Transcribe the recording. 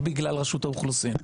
לא בגלל רשות האוכלוסין.